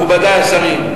מכובדי השרים,